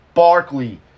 Barkley